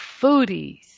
foodies